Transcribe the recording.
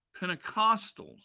Pentecostals